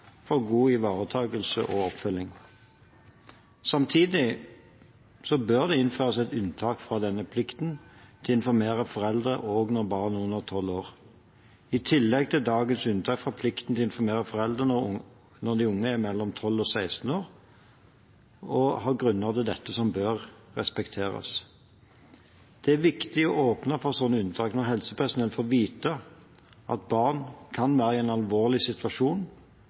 og god ivaretakelse og oppfølging. Samtidig bør det innføres et unntak fra denne plikten til å informere foreldre også når barn er under tolv år, i tillegg til dagens unntak fra plikten til å informere foreldrene når de unge er mellom tolv og seksten år, og har grunner til dette som bør respekteres. Det er viktig å åpne for slike unntak når helsepersonell får vite at barn kan være i en alvorlig situasjon,